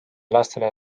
lastele